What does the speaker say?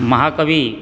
महाकवि